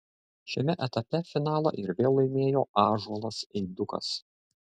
šiame etape finalą ir vėl laimėjo ąžuolas eidukas